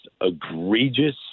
egregious